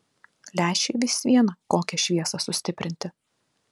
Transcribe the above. lęšiui vis viena kokią šviesą sustiprinti